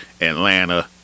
Atlanta